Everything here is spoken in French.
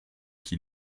qui